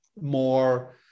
more